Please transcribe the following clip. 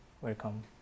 welcome